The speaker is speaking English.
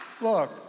Look